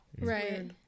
Right